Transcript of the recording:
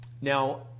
Now